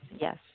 Yes